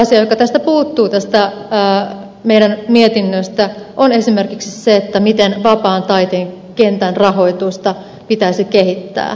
eräs asia joka tästä mietinnöstämme puuttuu on esimerkiksi se miten vapaan taiteen kentän rahoitusta pitäisi kehittää